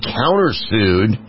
countersued